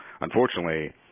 unfortunately